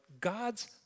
God's